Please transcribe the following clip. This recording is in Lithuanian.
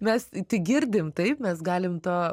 mes tik girdim taip mes galim to